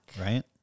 Right